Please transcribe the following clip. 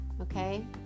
okay